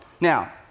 Now